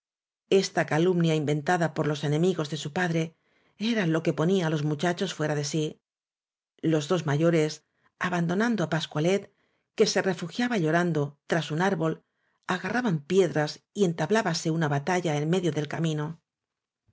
esta calumnia inventada por los enemigos de su padre era lo que ponía á los muchachos fuera de sí los dos mayores abandonando á pascualet que se refugiaba llorando tras un árbol agarraban piedras y entablábase una ba talla en medio del camino